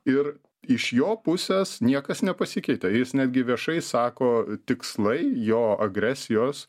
ir iš jo pusės niekas nepasikeitė jis netgi viešai sako tikslai jo agresijos